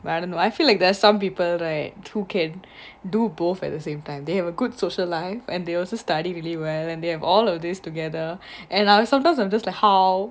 but I don't know I feel like there's some people right who can do both at the same time they have a good social life and they also study really well and they have all of these together and I'll some times I'm just like how